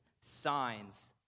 signs